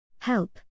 Help